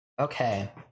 Okay